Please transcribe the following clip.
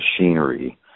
machinery